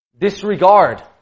Disregard